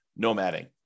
nomading